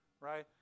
right